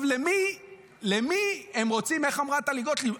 איך אמרה טלי גוטליב?